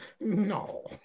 no